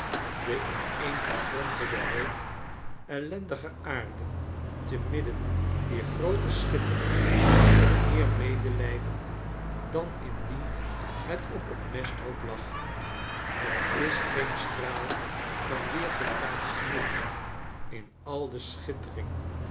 de ineengeschrompelde hoop ellendige aarde te midden dier groote schittering wekt meer medelijden dan indien het op een mesthoop lag er is geen straal van weergekaatst licht in al de schittering